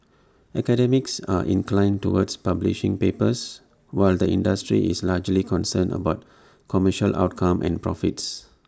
academics are inclined towards publishing papers while the industry is largely concerned about commercial outcomes and profits